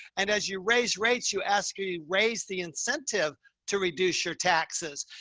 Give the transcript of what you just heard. and as you raise rates, you ask me, raise the incentive to reduce your taxes.